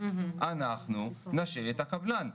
אנחנו נשעה את הקבלן.